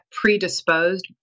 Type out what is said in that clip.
predisposed